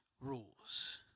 rules